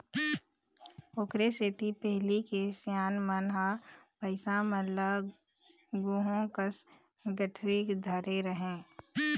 ओखरे सेती पहिली के सियान मन ह पइसा मन ल गुहूँ कस गठरी धरे रहय